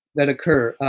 that occur.